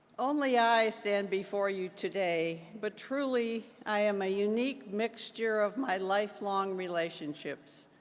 only i stand before you today, but truly, i am a unique mixture of my lifelong relationships.